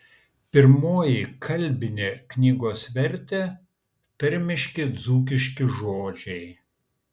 pirmoji kalbinė knygos vertė tarmiški dzūkiški žodžiai